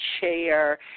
chair